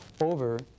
over